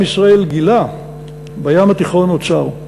עם ישראל גילה בים התיכון אוצר,